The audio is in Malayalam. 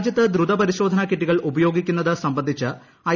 രാജ്യത്ത് ദ്രുത പരിശോധനാ കിറ്റുകൾ ഉപയോഗിക്കുന്നത് സംബന്ധിച്ച് ഐ